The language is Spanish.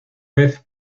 vez